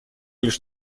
лишь